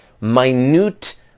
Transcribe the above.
minute